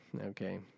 Okay